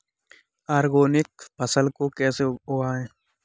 Organic फसल को कैसे उगाएँ?